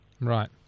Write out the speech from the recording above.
Right